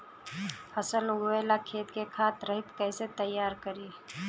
फसल उगवे ला खेत के खाद रहित कैसे तैयार करी?